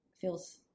feels